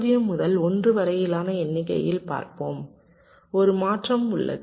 0 முதல் 1 வரையிலான எண்ணிக்கையில் பார்ப்போம் ஒரு மாற்றம் உள்ளது